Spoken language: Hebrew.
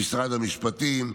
למשרד המשפטים,